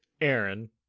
Aaron